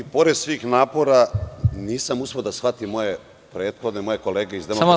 Ja i pored svih napora nisam uspeo da shvatim prethodne moje kolege iz DS-a…